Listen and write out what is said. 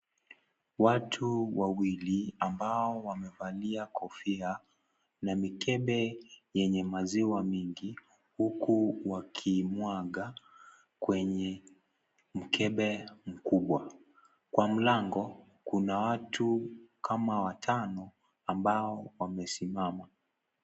Watu wawili ambao wamevalia kofia, na mikebe yenye maziwa mingi uku wakimwaga kwenye mkebe mkubwa. Kwa mlango Kuna watu Kama watano ambao, wamesimama.